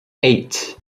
eight